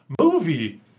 movie